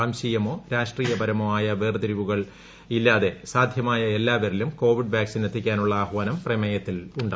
വംശീയമോ രാഷ്ട്രീയപരമോ ആയ വേർതിരിവുകൾ ഇല്ലാതെ സാധ്യമായ എല്ലാവരിലും കോവിഡ് വാക്സിൻ എത്തിക്കാനുള്ള ആഹാനം പ്രമേയത്തിൽ ഉണ്ട്